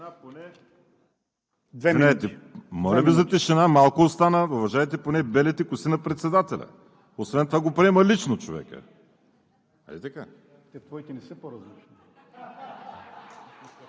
Те, твоите, не са по-различни.